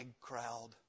crowd